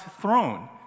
throne